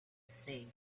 see